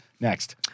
Next